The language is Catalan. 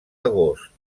agost